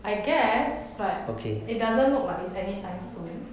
I guess but it doesn't look like it's anytime soon